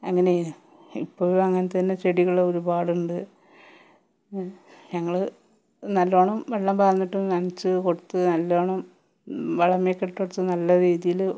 അങ്ങനെ ഇപ്പോഴും അങ്ങനെതന്നെ ചെടികളൊരുപാട് ഉണ്ട് ഞങ്ങള് നല്ലോണം വെള്ളം വാര്ന്നിട്ട് നനച്ച് കൊടുത്ത് നല്ലോണം വളമിട്ടൊക്കെ വെച്ച് നല്ല രീതിയില്